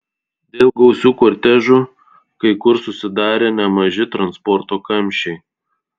dėl gausių kortežų kai kur susidarė nemaži transporto kamščiai